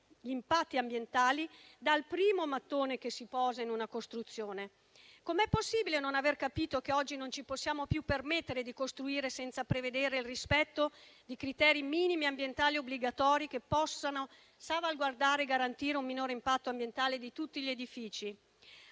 gli impatti ambientali a partire dal primo mattone che si posa in una costruzione. Com'è possibile non aver capito che oggi non ci possiamo più permettere di costruire senza prevedere il rispetto di criteri minimi ambientali obbligatori, che possano salvaguardare e garantire un minore impatto ambientale di tutti gli edifici?